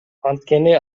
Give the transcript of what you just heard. анткени